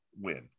win